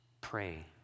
Pray